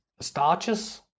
starches